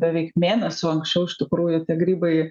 beveik mėnesiu anksčiau iš tikrųjų tie grybai